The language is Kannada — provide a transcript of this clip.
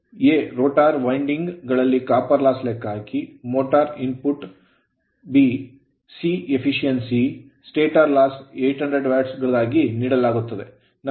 a rotor winding rotor winding ಗಳಲ್ಲಿ copper loss ತಾಮ್ರದ ನಷ್ಟವನ್ನು ಲೆಕ್ಕಹಾಕಿ b motor ಮೋಟರ್ ಗೆ ಇನ್ಪುಟ್ c efficiency ದಕ್ಷತೆ stator loss ಸ್ಟಾಟರ್ ನಷ್ಟವನ್ನು 800 watts ವ್ಯಾಟ್ ಗಳಾಗಿ ನೀಡಲಾಗುತ್ತದೆ